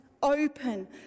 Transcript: open